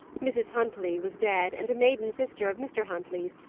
mrs. huntley was dead, and a maiden sister of mr. huntley's,